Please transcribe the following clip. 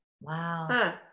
Wow